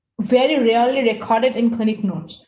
very rarely record it in clinic notes.